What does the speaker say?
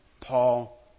Paul